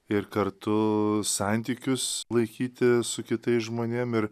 ir kartu santykius laikyti su kitais žmonėm ir